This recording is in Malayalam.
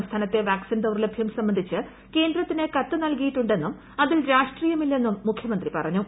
സംസ്ഥാനത്തെ വാക്സിൻ ദൌർലഭ്യം സംബന്ധിച്ച് കേന്ദ്രത്തിന് കത്ത് നൽകിയിട്ടുണ്ടെന്നും അതിൽ രാഷ്ട്രീയമില്ലെന്നും മുഖ്യമന്ത്രി പറഞ്ഞു